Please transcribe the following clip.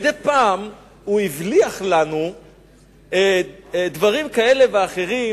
מדי פעם הוא הבליח לנו דברים כאלה ואחרים